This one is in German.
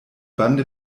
bande